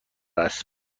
است